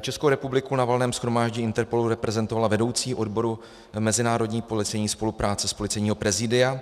Českou republiku na Valném shromáždění Interpolu reprezentovala vedoucí odboru mezinárodní policejní spolupráce z Policejního prezídia